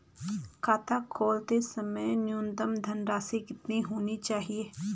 खाता खोलते समय न्यूनतम धनराशि कितनी होनी चाहिए?